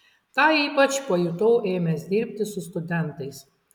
tą ypač pajutau ėmęs dirbti su studentais